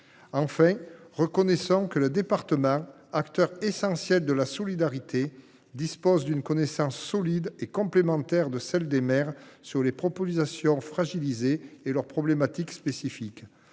Enfin, reconnaissons que le département, acteur essentiel de la solidarité, dispose d’une connaissance solide et complémentaire de celle des maires sur les populations fragilisées et sur les problématiques spécifiques